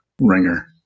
ringer